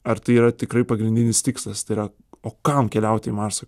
ar tai yra tikrai pagrindinis tikslas tai yra o kam keliauti į marsą